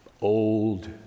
old